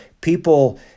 people